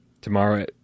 Tomorrow